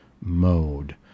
mode